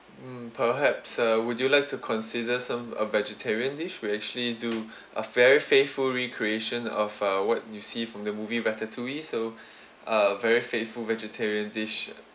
mm perhaps uh would you like to consider some uh vegetarian dish we actually do a very faithful recreation of uh what you see from the movie ratatouille so a very faithful vegetarian dish uh